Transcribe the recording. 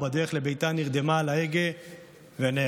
ובדרך לביתה נרדמה על ההגה ונהרגה.